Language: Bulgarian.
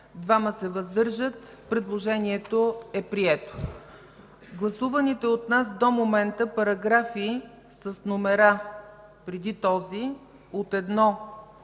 няма, въздържали се 2. Предложението е прието. Гласуваните от нас до момента параграфи с номера, преди този, от 1 до